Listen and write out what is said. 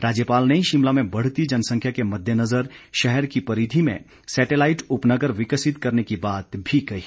राज्यपाल ने शिमला में बढ़ती जनसंख्या के मददेनज़र शहर की परिधि में सेटेलाईट उपनगर विकसित करने की बात भी कही